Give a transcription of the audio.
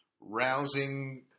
rousing